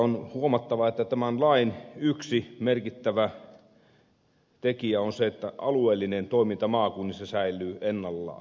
on huomattava että tämän lain yksi merkittävä tekijä on se että alueellinen toiminta maakunnissa säilyy ennallaan